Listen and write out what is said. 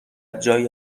جایی